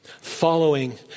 following